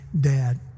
dad